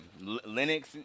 Linux